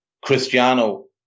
Cristiano